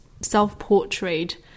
self-portrait